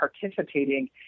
participating